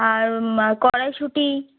আর কড়াইশুঁটি